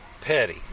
Petty